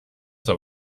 zur